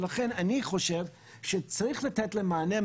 ולכן אני חושב שצריך לתת להם מענה.